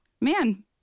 man